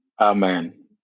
Amen